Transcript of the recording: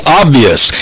obvious